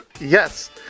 Yes